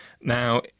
Now